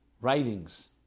writings